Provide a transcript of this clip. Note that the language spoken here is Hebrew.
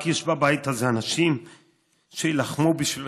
כי יש בבית הזה אנשים שיילחמו בשבילכם.